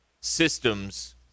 systems